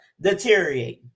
deteriorating